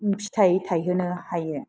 फिथाइ थायहोनो हायो